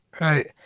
Right